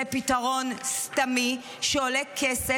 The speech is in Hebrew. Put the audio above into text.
זה פתרון סתמי שעולה כסף.